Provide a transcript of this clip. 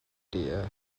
dear